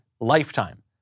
lifetime